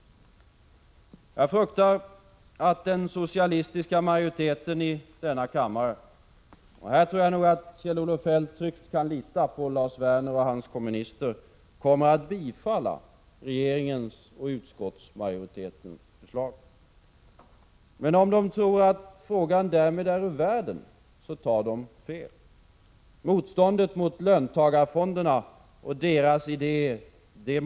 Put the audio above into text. Jag fruktar, att den socialistiska majoriteten i denna kammare — här tror jagatt Kjell-Olof Feldt tryggt kan lita på Lars Werner och hans kommunister — kommer att bifalla regeringens och utskottsmajoritetens förslag. Men tror de att frågan därmed är ur världen, tar de fel. Motståndet mot löntagarfonderna och deras idé lever.